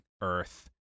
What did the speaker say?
Earth